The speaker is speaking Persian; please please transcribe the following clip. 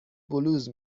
بلوز